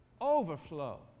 overflow